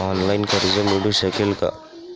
Online कर्ज मिळू शकेल का?